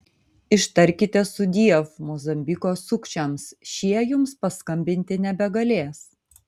ištarkite sudiev mozambiko sukčiams šie jums paskambinti nebegalės